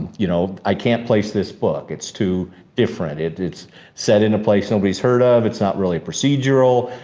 you know i can't place this book. it's too different. it's set in a place nobody's heard of. it's not really a procedural,